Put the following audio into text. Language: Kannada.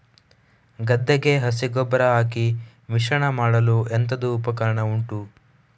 ಗದ್ದೆಗೆ ಹಸಿ ಗೊಬ್ಬರ ಹಾಕಿ ಮಿಶ್ರಣ ಮಾಡಲು ಎಂತದು ಉಪಕರಣ ಉಂಟು?